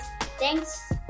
thanks